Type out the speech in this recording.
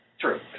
True